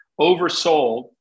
oversold